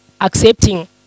accepting